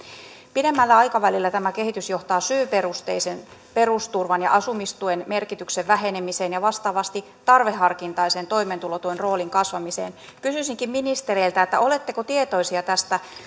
pidemmällä aikavälillä tämä kehitys johtaa syyperusteisen perusturvan ja asumistuen merkityksen vähenemiseen ja vastaavasti tarveharkintaisen toimeentulotuen roolin kasvamiseen kysyisinkin ministereiltä oletteko tietoisia tästä